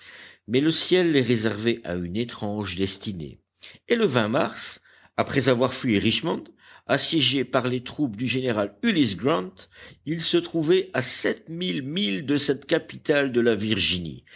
mais le ciel les réservait à une étrange destinée et le mars après avoir fui richmond assiégée par les troupes du général ulysse grant ils se trouvaient à sept mille milles de cette capitale de la virginie